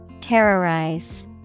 Terrorize